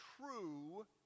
true